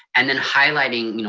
and then highlighting, you know